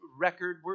record